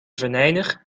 venijnig